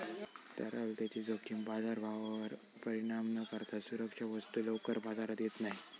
तरलतेची जोखीम बाजारभावावर परिणाम न करता सुरक्षा वस्तू लवकर बाजारात येत नाही